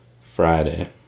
Friday